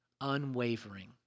unwavering